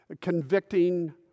convicting